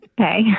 okay